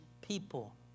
people